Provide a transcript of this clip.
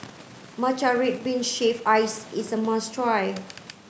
Matcha red bean shave ice is a must try